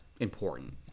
important